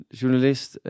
journalist